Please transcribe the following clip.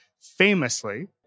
Famously